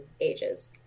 ages